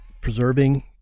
preserving